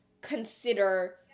consider